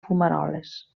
fumaroles